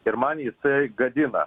ir man jisai gadina